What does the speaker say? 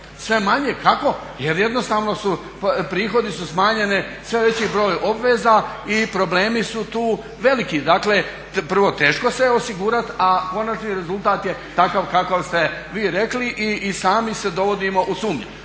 Sve manje, kako? Jer jednostavno su, prihodi su smanjeni, sve veći broj obveza i problemi su tu veliki. Dakle prvo teško se osigurati a konačni rezultat je takav kakav ste vi rekli i sami se dovodimo u sumnju.